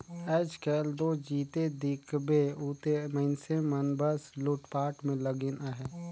आएज काएल दो जिते देखबे उते मइनसे मन बस लूटपाट में लगिन अहे